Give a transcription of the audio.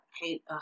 hate